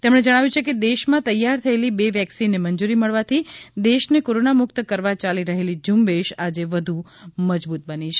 તેમણે જણાવ્યું છે કે દેશમાં તૈયાર થયેલી બે વેકસીનને મંજૂરી મળવાથી દેશને કોરોના મુક્ત કરવા ચાલી રહેલી ઝૂંબેશ આજે વધુ મજબૂત બની છે